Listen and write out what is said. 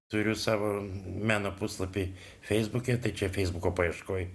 turiu savo meno puslapį feisbuke tai čia feisbuko paieškoj